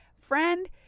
friend